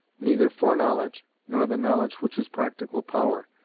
neither foreknowledge, nor the knowledge which is practical power,